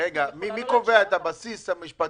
מי קובע את הבסיס המשפטי?